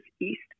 east